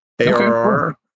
ARR